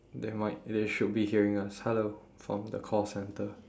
they might they should be hearing us hello from the call centre